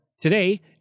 Today